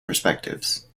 perspectives